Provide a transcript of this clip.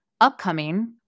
upcoming